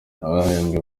abahembwe